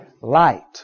Light